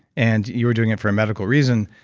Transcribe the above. and you were doing it for a medical reason,